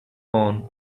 horn